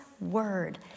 word